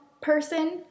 person